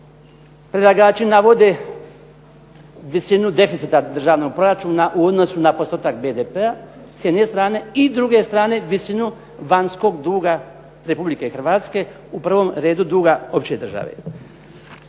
predlagači navode visinu deficita državnog proračuna u odnosu na postotak BDP s jedne strane i druge strane visinu vanjskog duga RH u prvom redu duga opće države.